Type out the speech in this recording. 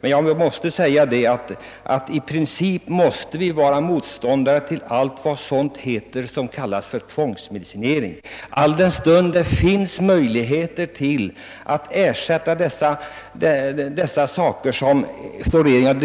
Men i princip måste vi vara motståndare till allt vad tvångsmedicinering heter, alldenstund det finns möjlighet att förhindra tandröta på annat sätt än genom fluoridering.